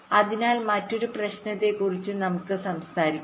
അതിനാൽ മറ്റൊരു പ്രശ്നത്തെക്കുറിച്ചും നമുക്ക് സംസാരിക്കാം